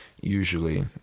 Usually